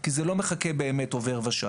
כי זה לא באמת מחקה עובר ושב,